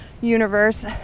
universe